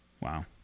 Wow